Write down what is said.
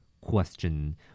Question